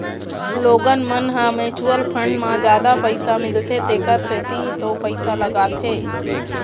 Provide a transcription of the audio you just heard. लोगन मन ह म्युचुअल फंड म जादा फायदा मिलथे तेखर सेती ही तो पइसा लगाथे